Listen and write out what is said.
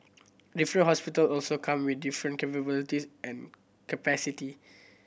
different hospital also come with different capabilities and capacity